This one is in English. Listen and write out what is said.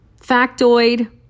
factoid